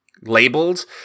labeled